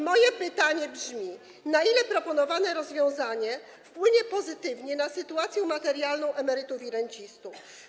Moje pytanie brzmi: Na ile proponowane rozwiązanie wpłynie pozytywnie na sytuację materialną emerytów i rencistów?